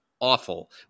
awful